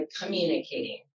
communicating